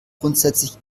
grundsätzlich